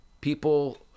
people